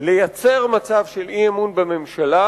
לייצר מצב של אי-אמון בממשלה,